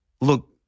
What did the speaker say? look